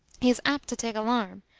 he is apt to take alarm,